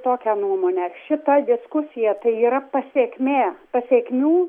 tokią nuomonę šita diskusija tai yra pasekmė pasekmių